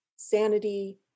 sanity